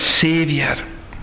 Savior